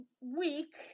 week